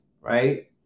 right